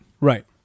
Right